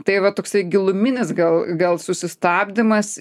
tai va toksai giluminis gal gal susistabdymas